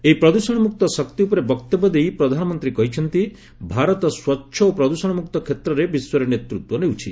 ଏକ ପ୍ରଦୂଷଣମୁକ୍ତ ଶକ୍ତି ଉପରେ ବକ୍ତବ୍ୟ ଦେଇ ପ୍ରଧାନମନ୍ତ୍ରୀ କହିଛନ୍ତି ଭାରତ ସ୍ୱଚ୍ଛ ଓ ପ୍ରଦୃଷଣମୁକ୍ତ କ୍ଷେତ୍ରରେ ବିଶ୍ୱରେ ନେତୃତ୍ୱ ନେଉଛି